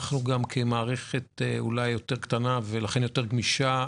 אנחנו גם כמערכת אולי יותר קטנה ולכן יותר גמישה,